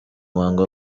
muhango